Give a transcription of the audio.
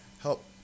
help